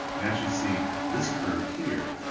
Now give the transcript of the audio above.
you actually see this curve here,